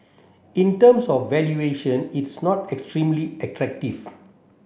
in terms of valuation it's not extremely attractive